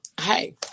Hey